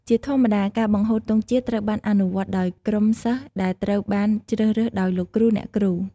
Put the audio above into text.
ជាធម្មតា ការបង្ហូតទង់ជាតិត្រូវបានអនុវត្តដោយ ក្រុមសិស្សដែលត្រូវបានជ្រើសរើសដោយលោកគ្រូអ្នកគ្រូ។